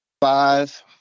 five